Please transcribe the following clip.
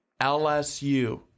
LSU